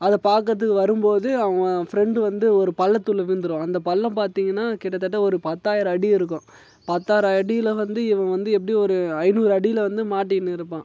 அதை பார்க்கறத்துக்கு வரும்போது அவன் ஃப்ரெண்டு வந்து ஒரு பள்ளத்துக்குள்ளே விழுந்துருவான் அந்த பள்ளம் பார்த்திங்கன்னா கிட்டத்தட்ட ஒரு பத்தாயிரம் அடி இருக்கும் பத்தாயிரம் அடியில் வந்து இவன் வந்து எப்படியும் ஒரு ஐநூறு அடியில வந்து மாட்டிகின்னு இருப்பான்